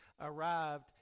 arrived